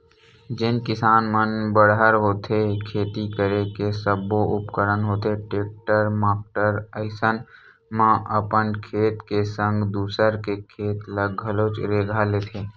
जेन किसान मन बड़हर होथे खेती करे के सब्बो उपकरन होथे टेक्टर माक्टर अइसन म अपन खेत के संग दूसर के खेत ल घलोक रेगहा लेथे